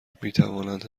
میتوانند